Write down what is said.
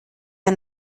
der